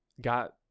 got